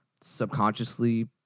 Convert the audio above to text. subconsciously